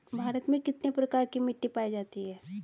भारत में कितने प्रकार की मिट्टी पाई जाती हैं?